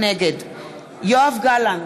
נגד יואב גלנט,